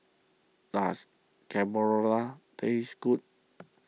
does Carbonara taste good